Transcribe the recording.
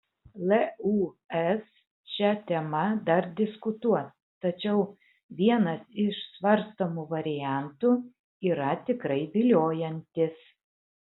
lūs šia tema dar diskutuos tačiau vienas iš svarstomų variantų yra tikrai viliojantis